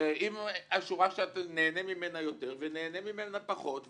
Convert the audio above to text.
אם יש שורה שאתה נהנה ממנה יותר ונהנה ממנה פחות,